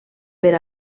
per